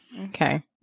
okay